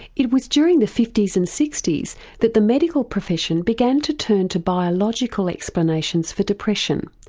it was during the fifties and sixties that the medical profession began to turn to biological explanations for depression,